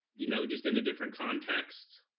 you know just in a different context?